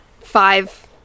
five